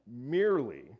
merely